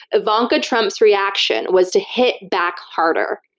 ivanka trump's reaction was to hit back harder.